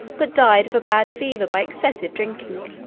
but died of a bad fever by excessive drinking.